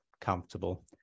comfortable